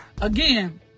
Again